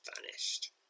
vanished